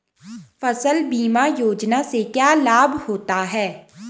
फसल बीमा योजना से क्या लाभ होता है?